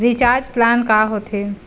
Recharge plan का होथे?